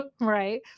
right